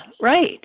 right